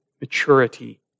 maturity